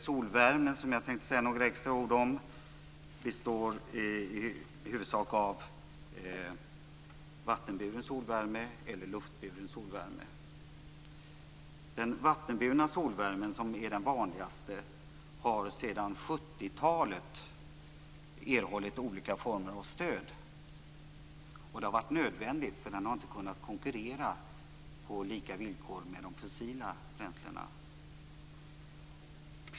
Solvärmen består i huvudsak av vattenburen solvärme eller luftburen solvärme. Den vattenburna solvärmen, som är den vanligaste, har sedan 70-talet erhållit olika former av stöd. Det har varit nödvändigt, eftersom den inte har kunnat konkurrera på samma villkor som de fossila bränslena.